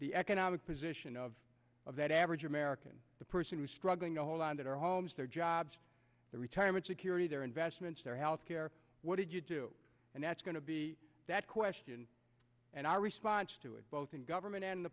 the economic position of of that average american the person who's struggling to hold on to their homes their jobs their retirement security their investments their health care what did you do and that's going to be that question and our response to it both in government and the